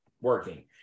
working